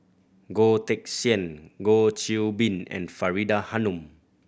Goh Teck Sian Goh Qiu Bin and Faridah Hanum